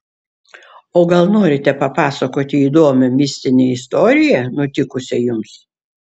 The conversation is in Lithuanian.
o gal norite papasakoti įdomią mistinę istoriją nutikusią jums